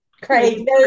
Craig